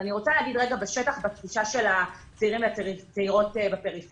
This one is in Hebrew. אבל אני רוצה להגיד מהשטח את התחושה של הצעירים והצעירות בפריפריה.